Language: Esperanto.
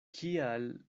kial